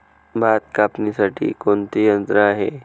भात कापणीसाठी कोणते यंत्र आहे?